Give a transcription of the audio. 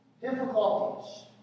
difficulties